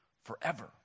Forever